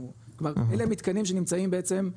כלומר אליהם מתקנים שנמצאים בעצם,